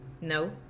No